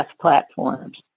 platforms